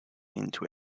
into